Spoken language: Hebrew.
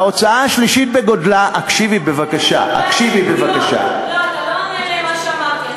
ההוצאה השלישית בגודלה, אתה לא עונה למה שאמרתי.